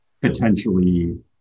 potentially